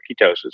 ketosis